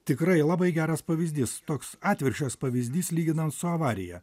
tikrai labai geras pavyzdys toks atvirkščias pavyzdys lyginant su avarija